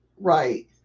Right